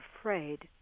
afraid